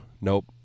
Nope